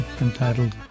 entitled